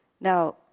Now